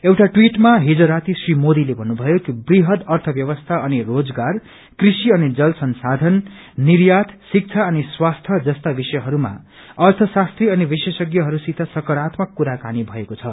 एउटा ट्रविटमा हिज राती श्री मोदीले भन्नुभयो कि वृहद अर्थ ब्यवस्या अनि रोजगार कृषि अनि जल संसायन निर्यात शिक्षा अनि स्वास्थ्य जस्ता विषयहरूमा अर्थ शास्त्री अनि विशेषह्रहरूसित सकारात्मक कुराकानी भएको छ